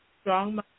strong